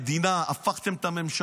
הפכתם את המדינה,